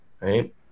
right